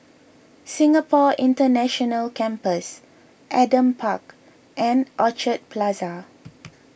Singapore International Campus Adam Park and Orchard Plaza